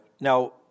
Now